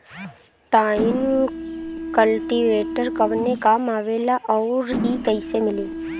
Tine cultivator कवने काम आवेला आउर इ कैसे मिली?